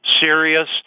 serious